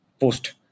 post